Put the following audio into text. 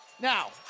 Now